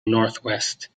northwest